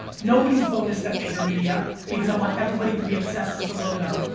nobody is bonus at vayner media because i want everybody to be obsessed with the logo,